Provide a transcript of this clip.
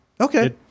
Okay